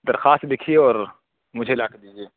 درخواست لکھیے اور مجھے لا کر دیجیے